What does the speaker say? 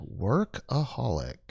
workaholic